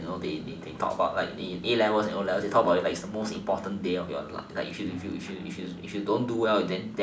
you know they they talk about like A-levels O-levels they talk about it like it's the most important day of your life if you if you don't do well then